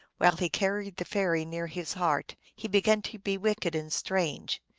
while he carried the fairy near his heart, he began to be wicked and strange.